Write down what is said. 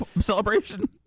celebration